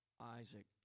Isaac